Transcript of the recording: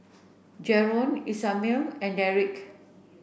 Jaron Ishmael and Derik